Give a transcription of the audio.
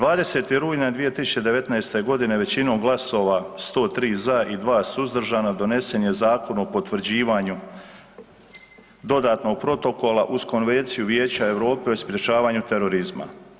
20. rujna 2019. g. većinom glasova, 103 za i 2 suzdržana donesen je Zakon o potvrđivanju dodatnog protokola uz Konvenciju Vijeća Europe o sprječavanju terorizma.